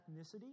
ethnicity